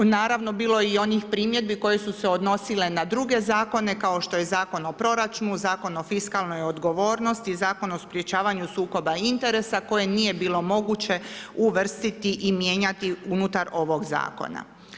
Naravno bilo je i onih primjedbi koje su se odnosile na druge zakone kao što je Zakon o proračunu, Zakon o fiskalnoj odgovornosti Zakon o sprječavanju sukoba interesa, koje nije bilo moguće uvrstiti i mijenjati unutar ovog zakona.